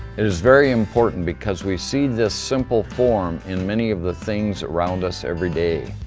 is very important because we see this simple form in many of the things around us every day.